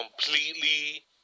completely